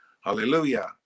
Hallelujah